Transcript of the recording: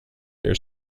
their